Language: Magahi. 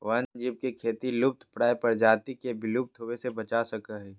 वन्य जीव के खेती लुप्तप्राय प्रजाति के विलुप्त होवय से बचा सको हइ